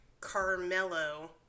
Carmelo